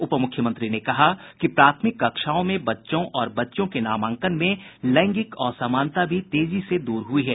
उपमूख्यमंत्री ने कहा कि प्राथमिक कक्षाओं में बच्चों और बच्चियों के नामांकन में लैंगिक असमानता भी तेजी से दूर हुई है